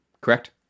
correct